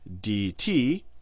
dt